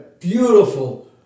beautiful